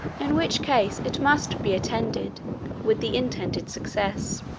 in which case it must be attended with the intended success.